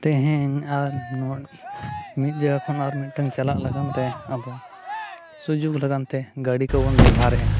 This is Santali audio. ᱛᱮᱦᱮᱧ ᱟᱨ ᱢᱤᱫ ᱡᱟᱭᱜᱟ ᱠᱷᱚᱱ ᱟᱨ ᱢᱤᱫᱴᱟᱝ ᱪᱟᱞᱟᱜ ᱞᱟᱹᱜᱤᱫᱼᱛᱮ ᱟᱵᱚ ᱥᱩᱡᱳᱜᱽ ᱞᱟᱹᱜᱤᱫᱼᱛᱮ ᱜᱟᱹᱰᱤ ᱠᱚᱵᱚᱱ ᱵᱮᱵᱷᱟᱨᱮᱜᱼᱟ